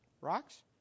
Rocks